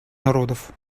народов